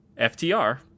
FTR